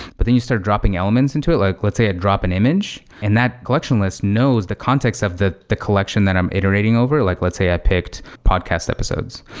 but then you start dropping elements into it. like let's say i drop an image, and that collection list knows the context of the the collection that i'm iterating over. like let's say i picked podcast episodes.